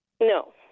No